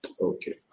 Okay